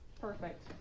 Perfect